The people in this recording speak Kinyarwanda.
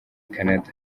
canada